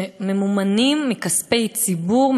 שממומנים מכספי ציבור,